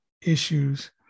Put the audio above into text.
issues